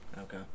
Okay